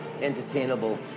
entertainable